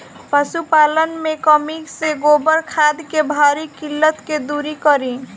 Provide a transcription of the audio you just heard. पशुपालन मे कमी से गोबर खाद के भारी किल्लत के दुरी करी?